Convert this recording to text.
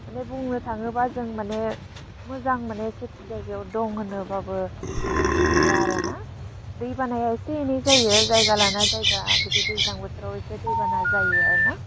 मानि बुंनो थाङोबा जों मानि मोजां मानि सेप्टि जायगायाव दं होनोबाबो गोरोन्थि गैया आरोना दै बानाया एसे एनै जायो जायगा लाना जायगा बिदि दैज्लां बोथोराव एसे दैबाना जायो आरोना